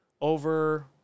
over